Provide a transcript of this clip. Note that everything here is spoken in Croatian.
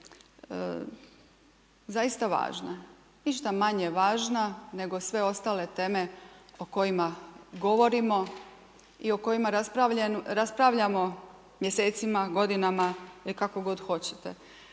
zaista važna, ništa manje važna nego sve ostale teme o kojima govorimo, i o kojima raspravljamo mjesecima, godinama, ili kako god hoćete.